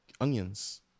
Onions